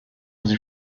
sie